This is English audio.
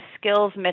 skills